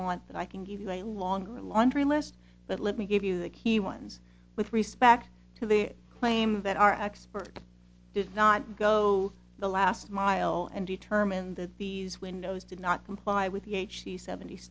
want that i can give you a long laundry list but let me give you the key ones with respect to the claim that our expert did not go the last mile and determine that these windows did not comply with